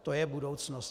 To je budoucnost.